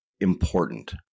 important